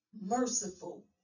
merciful